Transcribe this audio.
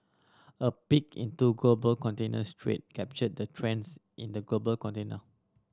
a peek into global containers trade captured the trends in the global container